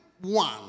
one